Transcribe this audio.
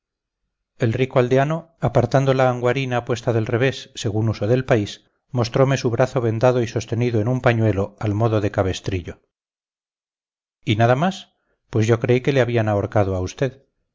el rico aldeano apartando la anguarina puesta del revés según uso del país mostrome su brazo vendado y sostenido en un pañuelo al modo de cabestrillo y nada más pues yo creí que le habían ahorcado a usted